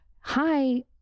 Hi